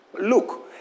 look